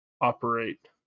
operate